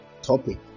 Topic